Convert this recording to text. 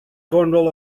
cornwall